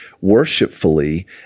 worshipfully